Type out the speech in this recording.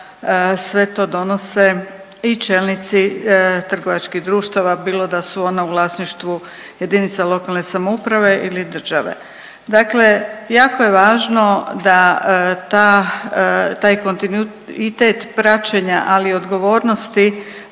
sve to donose i čelnici trgovačkih društava, bilo da su ona u vlasništvu JLS ili države. Dakle, jako je važno da ta, taj kontinuitet praćenja, ali i odgovornosti